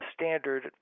standard